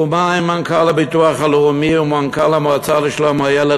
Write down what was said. ומה אם מנכ"ל הביטוח הלאומי ומנכ"ל המועצה לשלום הילד